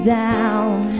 down